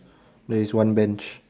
there is one bench